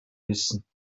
wissen